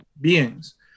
beings